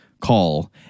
call